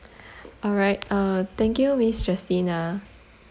all right uh thank you miss justina